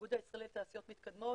האיגוד הישראלי לתעשיות מתקדמות,